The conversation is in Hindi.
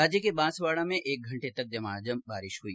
राज्य के बांसवाड़ा में एक घंटे तक झमाझम बरसात हुई